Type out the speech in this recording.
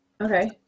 Okay